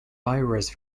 virus